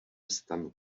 stanu